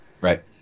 right